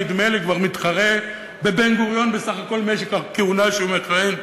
שנדמה לי כבר מתחרה בבן-גוריון בסך הכול במשך הכהונה שהוא מכהן,